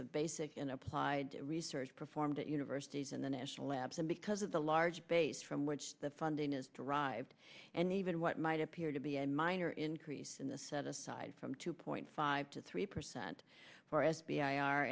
of basic and applied research performed at universities and the national labs and because of the large base from which the funding is derived and even what might appear to be a minor increase in the set aside from two point five to three percent for f b i